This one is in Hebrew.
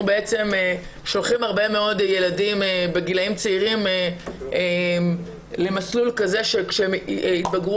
שולחים הרבה מאוד ילדים בגילים צעירים למסלול כזה שכשהם יתבגרו